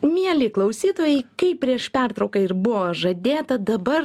mieli klausytojai kaip prieš pertrauką ir buvo žadėta dabar